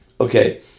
Okay